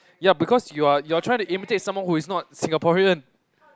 ya because you're you're trying to imitate someone who is not Singaporean